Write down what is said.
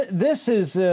this is,